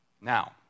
Now